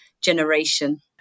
generation